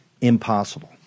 Impossible